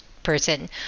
person